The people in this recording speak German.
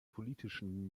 politischen